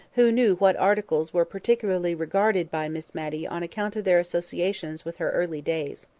who knew what articles were particularly regarded by miss matty on account of their associations with her early days.